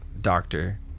doctor